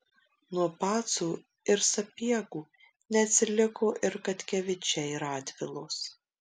nuo pacų ir sapiegų neatsiliko ir katkevičiai radvilos